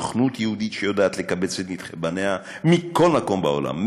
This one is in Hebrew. סוכנות יהודית שיודעת לקבץ את נדחי בניה מכל מקום בעולם,